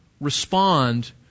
Respond